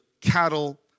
cattle